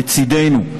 לצידנו,